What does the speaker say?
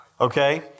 okay